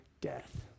death